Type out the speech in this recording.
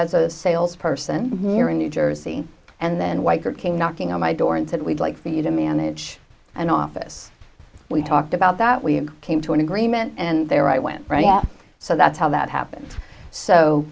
as a sales person here in new jersey and then white girl came knocking on my door and said we'd like for you to manage an office we talked about that we came to an agreement and there i went so that's how that happened so